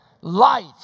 Light